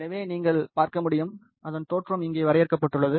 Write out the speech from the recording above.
எனவே நீங்கள் பார்க்க முடியும் அதன் தோற்றம் இங்கே வரையறுக்கப்பட்டுள்ளது